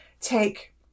take